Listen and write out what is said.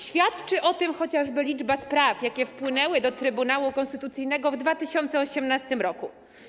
Świadczy o tym chociażby liczba spraw, jakie wpłynęły do Trybunału Konstytucyjnego w 2018 r.